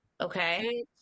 okay